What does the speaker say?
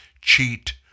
cheat